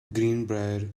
greenbrier